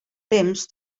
temps